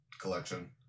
collection